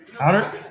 Outer